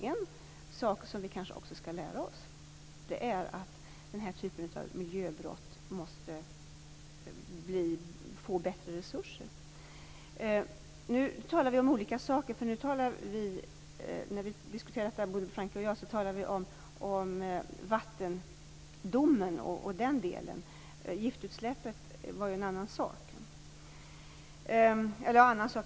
En sak som vi kanske skall lära oss är att denna typ av miljöbrott måste få bättre resurser. Vi talar om olika saker. När Bodil Francke Ohlsson och jag diskuterar detta talar vi om vattendomen och den delen. Giftutsläppet var en annan sak.